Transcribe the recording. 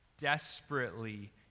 desperately